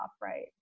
Right